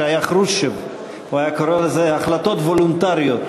שחרושצ'וב היה קורא לזה "החלטות וולונטריות".